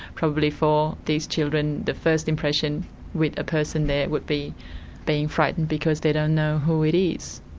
probably for these children the first impression with a person there would be being frightened because they don't know who it is.